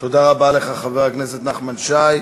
תודה רבה לך, חבר הכנסת נחמן שי.